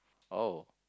oh